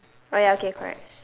oh ya okay correct